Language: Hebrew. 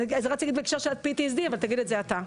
רציתי להגיד בהקשר של PTSD, אבל תגיד את זה אתה.